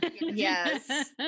yes